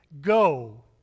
go